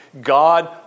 God